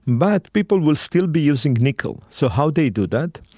but people will still be using nickel. so how they do that?